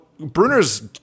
Bruner's